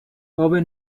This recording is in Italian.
ove